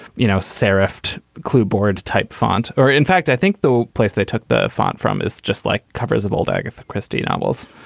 you know, sarah serifs clipboard type font or in fact, i think the place they took the font from is just like covers of old agatha christie novels.